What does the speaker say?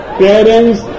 parents